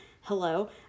Hello